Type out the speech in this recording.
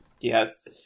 Yes